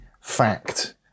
fact